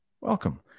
Welcome